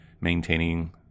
maintaining